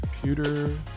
computer